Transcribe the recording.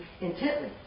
intently